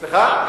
סליחה?